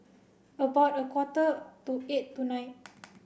about a quarter to eight tonight